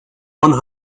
one